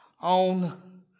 on